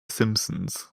simpsons